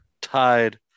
tied